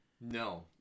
No